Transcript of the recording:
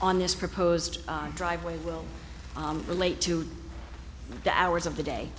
on this proposed driveway will relate to the hours of the day